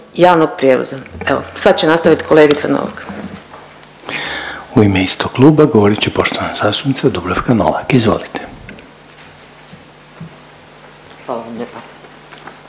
javnog prijevoza. Evo, sad će nastavit kolegica Novak.